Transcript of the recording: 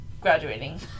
graduating